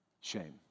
shame